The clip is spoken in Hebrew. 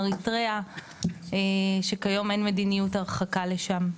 אריתריאה שכיום אין מדיניות הרחקה לשם.